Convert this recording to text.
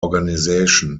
organisation